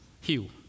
Hugh